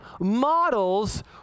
models